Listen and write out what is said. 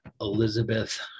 Elizabeth